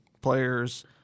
players